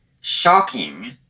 shocking